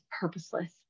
purposeless